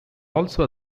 also